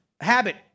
habit